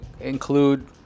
include